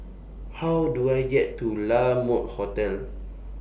How Do I get to La Mode Hotel